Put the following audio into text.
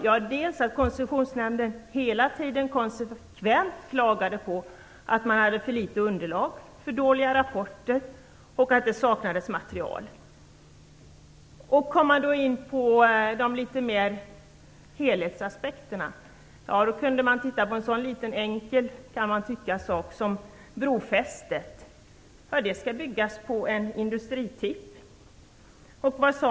Jo, att Koncessionsnämnden hela tiden konsekvent klagade på att man hade för litet underlag och för dåliga rapporter och på att det saknades material. När det gäller helhetsaspekterna kunde man titta på, kan det tyckas, en så enkel liten sak som brofästet. Det skall ju byggas på en industritipp. Vad sade man?